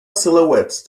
silhouettes